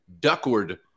duckward